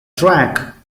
track